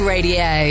Radio